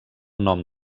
nom